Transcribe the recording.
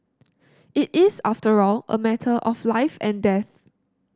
it is after all a matter of life and death